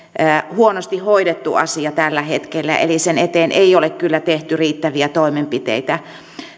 huonosti hoidettu asia tällä hetkellä eli sen eteen ei ole kyllä tehty riittäviä toimenpiteitä